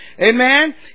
Amen